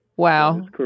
Wow